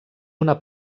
una